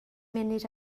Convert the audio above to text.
munud